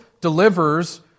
delivers